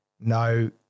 No